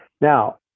Now